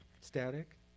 static